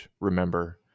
remember